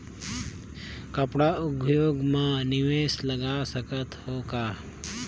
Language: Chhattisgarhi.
कपड़ा उद्योग म निवेश लगा सकत हो का?